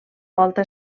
volta